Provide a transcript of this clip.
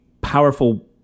powerful